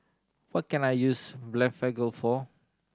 what can I use Blephagel for